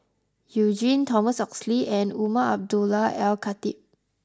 you Jin Thomas Oxley and Umar Abdullah Al Khatib